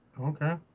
okay